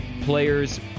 players